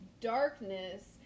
darkness